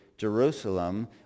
Jerusalem